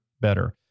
better